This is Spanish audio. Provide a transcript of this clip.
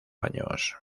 años